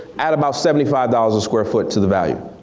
add about seventy five dollars a square foot to the value.